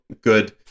good